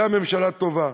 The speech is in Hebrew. בזה הממשלה טובה.